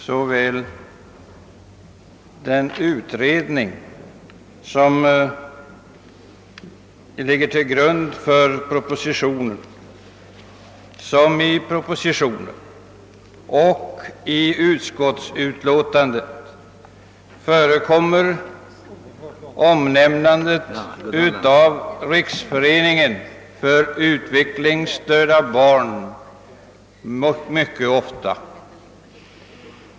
Såväl i den utredning som ligger till grund för propositionen som i själva propositionen och i utskottsutlåtandet omnämns Riksförbundet för utvecklingsstörda barn ofta.